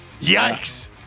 Yikes